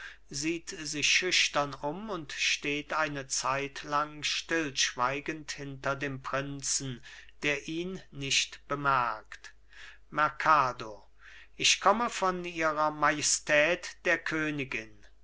sieht sich schüchtern um und steht eine zeitlang stillschweigend hinter dem prinzen der ihn nicht bemerkt merkado ich komme von ihrer majestät der königin